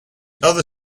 other